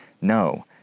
no